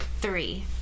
Three